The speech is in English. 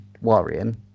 worrying